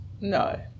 No